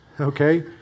okay